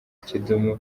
kidum